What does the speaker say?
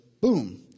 boom